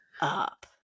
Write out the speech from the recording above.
Up